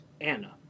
Anna